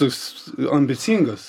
toks ambicingas